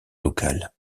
locale